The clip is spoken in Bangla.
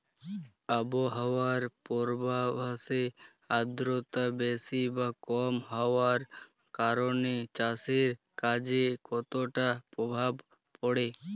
আবহাওয়ার পূর্বাভাসে আর্দ্রতা বেশি বা কম হওয়ার কারণে চাষের কাজে কতটা প্রভাব পড়ে?